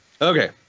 Okay